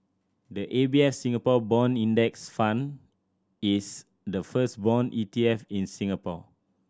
the A B A Singapore Bond Index Fund is the first bond E T F in Singapore